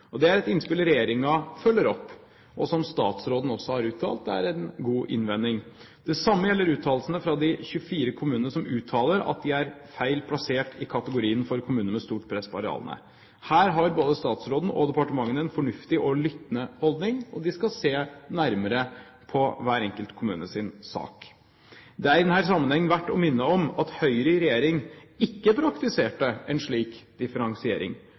Det er et innspill regjeringen følger opp, og som statsråden også har uttalt er en god innvending. Det samme gjelder innspillene fra de 24 kommunene som uttaler at de er feil plassert i kategorien for kommuner med stort press på arealene. Her har både statsråden og departementet en fornuftig og lyttende holdning, og de skal se nærmere på hver enkelt kommunes sak. Det er i denne sammenheng verdt å minne om at Høyre i regjering ikke praktiserte en slik differensiering.